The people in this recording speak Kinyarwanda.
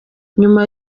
nyuma